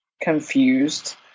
confused